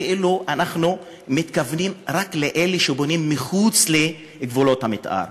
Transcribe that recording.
כאילו אנחנו מתכוונים רק לאלה שבונים מחוץ לגבולות המתאר,